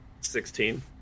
Sixteen